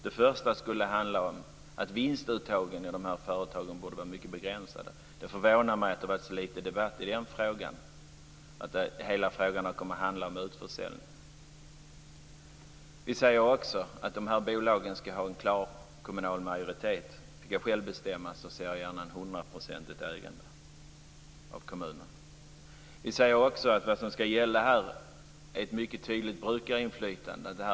Det första skulle handla om att vinstuttagen i de här företagen borde vara mycket begränsade. Det förvånar mig att det har varit så lite debatt i den frågan. Hela frågan har kommit att handla om utförsäljningen. Vi säger också att dessa bolag skall ha en klar kommunal majoritet. Om jag själv fick bestämma skulle jag gärna se ett hundraprocentigt ägande från kommunerna. Vi säger också att ett mycket tydligt brukarinflytande skall gälla.